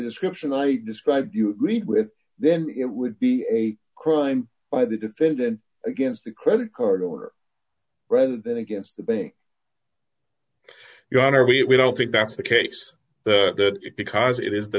description i described you agreed with then it would be a crime by the defendant against the credit card order rather than against the bank gonorrhoea we don't think that's the case that if because it is the